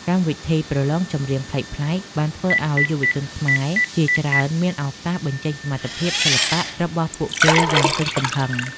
កម្មវិធីប្រឡងចម្រៀងប្លែកៗបានធ្វើឱ្យយុវជនខ្មែរជាច្រើនមានឱកាសបញ្ចេញសមត្ថភាពសិល្បៈរបស់ពួកគេយ៉ាងពេញទំហឹង។